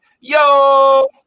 Yo